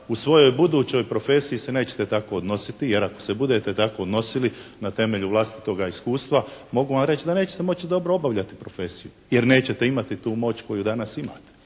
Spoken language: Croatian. u svojoj budućoj profesiji se nećete tako odnositi jer ako se budete tako odnosili na temelju vlastitoga iskustva, mogu vam reći da nećete moći dobro obavljati profesiju, jer nećete imati tu moć koju danas imate.